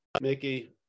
Mickey